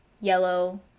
yellow